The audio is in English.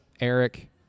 Eric